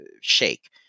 shake